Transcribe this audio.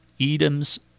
Edom's